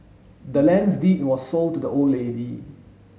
the land's deed was sold to the old lady